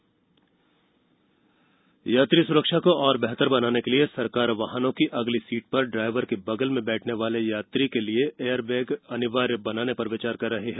वाहन एयरबैग यात्री सुरक्षा को और बेहतर बनाने के लिए सरकार वाहनों की अगली सीट पर ड्राइवर के बगल में बैठने वाले यात्री के लिए एयरबैग अनिवार्य बनाने पर विचार कर रही है